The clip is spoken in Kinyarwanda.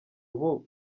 ubu